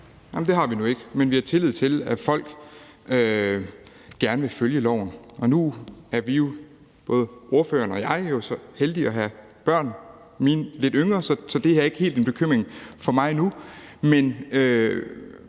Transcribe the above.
Det har vi nu ikke, men vi har tillid til, at folk gerne vil følge loven. Nu er vi, både ordføreren og jeg, jo så heldige at have børn. Mine er lidt yngre, så det er ikke helt en bekymring for mig endnu.